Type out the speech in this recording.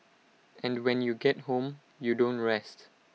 and when you get home you don't rest